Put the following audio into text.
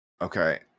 Okay